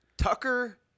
Tucker